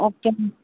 okay